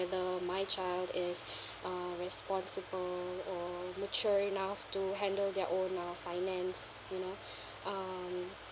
the my child is uh responsible or mature enough to handle their own uh finance you know um